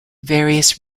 various